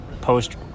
post